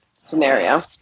scenario